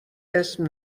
اسم